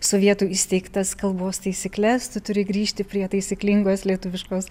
sovietų įsteigtas kalbos taisykles tu turi grįžti prie taisyklingos lietuviškos